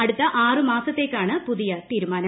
അടുത്ത ആറ് മാസത്തേക്കാണ് പുതിയ തീരുമാനം